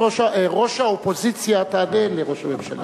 ראש האופוזיציה תענה לראש הממשלה.